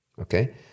Okay